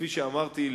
כפי שאמרתי,